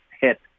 hit